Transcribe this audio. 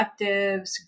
collectives